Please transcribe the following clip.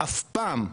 אף פעם,